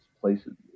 places